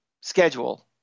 schedule